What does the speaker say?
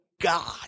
God